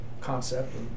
concept